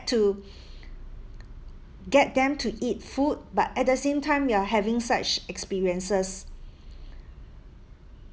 get them to eat food but at the same time you're having such experiences